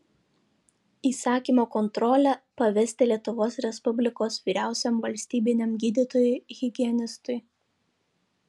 įsakymo kontrolę pavesti lietuvos respublikos vyriausiajam valstybiniam gydytojui higienistui